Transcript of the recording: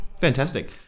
fantastic